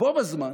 בו בזמן